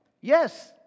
Yes